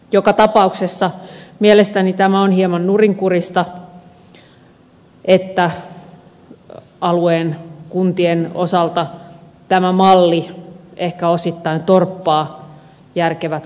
joka tapauksessa mielestäni tämä on hieman nurinkurista että alueen kuntien osalta tämä malli ehkä osittain torppaa järkevät kuntaliitokset